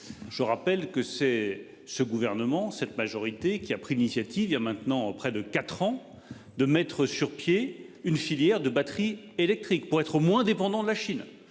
Je rappelle que c'est ce gouvernement cette majorité qui a pris l'initiative il y a maintenant près de 4 ans de mettre sur pied une filière de batteries électriques pour être moins dépendant de la Chine.